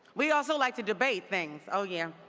we also like to debate things. oh, yeah.